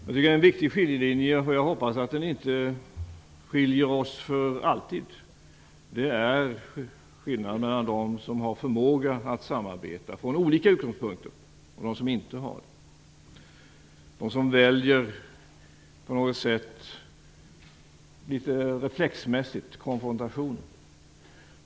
Jag tycker att en viktig skiljelinje - jag hoppas att den inte skall skilja oss åt för alltid - går mellan dem som har förmåga att samarbeta från olika utgångspunkter och dem som inte har det, dvs. de som litet reflexmässigt väljer konfrontation.